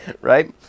Right